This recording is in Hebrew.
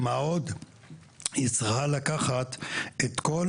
מה עוד שהיא צריכה לקחת את כל